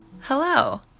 Hello